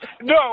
No